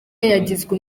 yagizwe